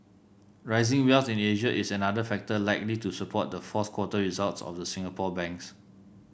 rising wealth in Asia is another factor likely to support the fourth quarter results of the Singapore banks